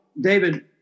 David